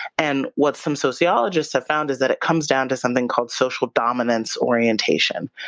and what some sociologists have found is that it comes down to something called social dominance orientation,